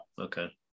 okay